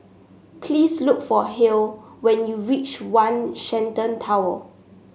please look for Hale when you reach One Shenton Tower